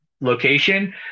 location